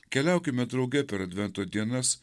keliaukime drauge per advento dienas